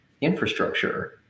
infrastructure